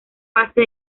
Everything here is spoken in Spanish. base